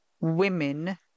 women